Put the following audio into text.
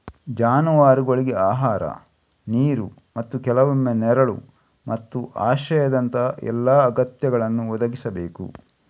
ಜಾನುವಾರುಗಳಿಗೆ ಆಹಾರ, ನೀರು ಮತ್ತು ಕೆಲವೊಮ್ಮೆ ನೆರಳು ಮತ್ತು ಆಶ್ರಯದಂತಹ ಎಲ್ಲಾ ಅಗತ್ಯಗಳನ್ನು ಒದಗಿಸಬೇಕು